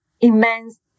immense